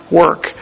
work